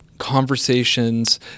conversations